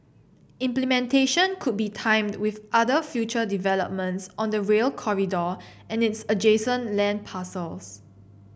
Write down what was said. implementation could be timed with other future developments on the Rail Corridor and its adjacent land parcels